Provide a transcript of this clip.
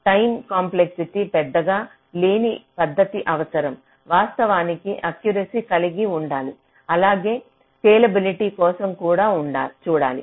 time complexity పెద్దగా లేని పద్ధతి అవసరం వాస్తవానికి ఎక్యురెసి కలిగి ఉండాలి అలాగే స్కేలబిలిటీ కోసం కూడా చూడాలి